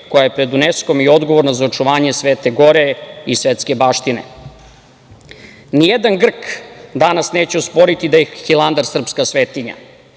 koja je pred Uneskom odgovorna za očuvanje Svete Gore i svetske baštine. Nijedan Grk danas neće osporiti da je Hilandar srpska svetinja